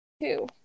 Two